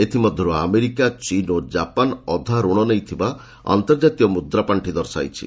ଏଥିମଧ୍ୟରୁ ଆମେରିକା ଚୀନ୍ ଓ କାପାନ୍ ଅଧା ଋଣ ନେଇଥିବା ଅନ୍ତର୍ଜାତୀୟ ମୁଦ୍ରାପାଣ୍ଠି ଦର୍ଶାଇଛି